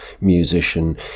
musician